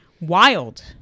Wild